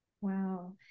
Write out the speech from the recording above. Wow